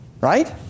Right